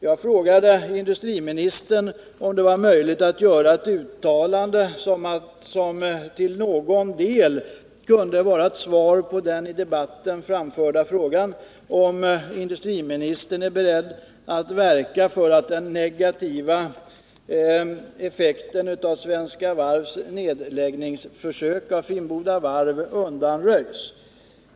Jag frågade industriministern om det var möjligt att göra ett uttalande, som till någon del kunde ge ett svar på den under debatten ställda frågan om industriministern är beredd att medverka till att den negativa effekten av Svenska Varvs nedläggningsförsök beträffande Finnboda Varv undanröjs.